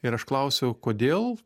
ir aš klausiau kodėl